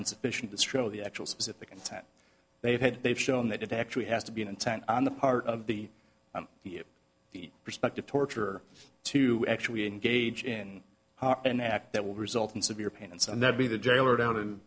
insufficient destro the actual specific intent they've had they've shown that it actually has to be an intent on the part of the prospective torture to actually engage in an act that will result in severe pain and so on that be the jailer down